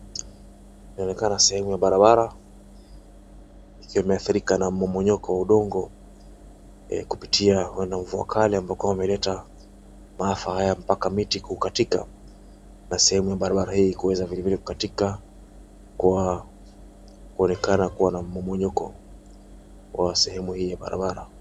Inaonekana sehemu ya barabara ikiwa imethirika na mmonyoko wa udongo kupitia na mvua kali ambako wameleta maafa haya mpaka miti kukatika na sehemu ya barabara hii kuweza vilevile kukatika kwa kuonekana kuwa na mmonyoko wa sehemu hii ya barabara.